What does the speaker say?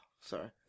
sorry